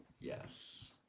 yes